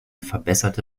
verbesserte